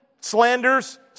slanders